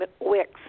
Wix